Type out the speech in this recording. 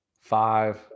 five